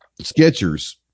sketchers